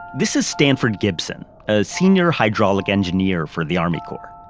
this is stanford gibson, a senior hydraulic engineer for the army corps.